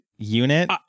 unit